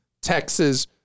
Texas